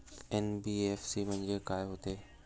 NBFC म्हणजे का होते?